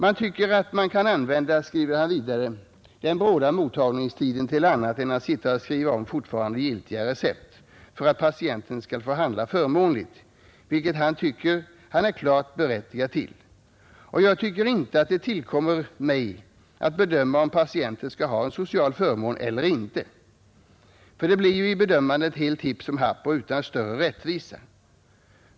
Man tycker, skriver han vidare, att man kan använda den bråda mottagningstiden till annat än att sitta och skriva om fortfarande giltiga recept för att patienten skall få handla förmånligt, vilket han tycker han är klart berättigad till. Men jag tycker inte att det tillkommer mig att bedöma om patienten skall ha en social förmån eller inte. Det blir vid bedömandet helt hipp som happ och utan större rättvisa.